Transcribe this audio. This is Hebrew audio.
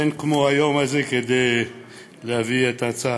אין כמו היום הזה כדי להביא את הצעת